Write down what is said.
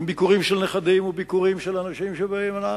עם ביקורים של נכדים, וביקורים של אנשים שבאים.